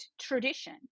tradition